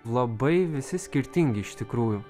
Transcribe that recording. labai visi skirtingi iš tikrųjų